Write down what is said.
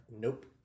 Nope